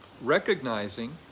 recognizing